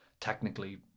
technically